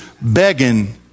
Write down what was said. begging